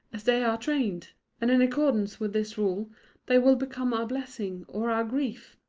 as they are trained and in accordance with this rule they will become our blessing or our grief.